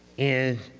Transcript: is